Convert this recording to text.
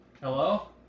Hello